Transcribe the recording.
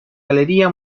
galería